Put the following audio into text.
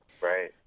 Right